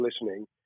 listening